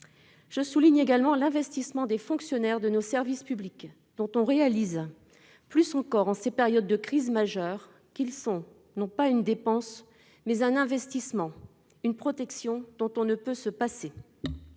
Je souligne également l'investissement des fonctionnaires de nos services publics, dont on réalise, plus encore en ces périodes de crise majeure, qu'ils sont, non pas une dépense, mais un investissement, une protection dont on ne peut se passer.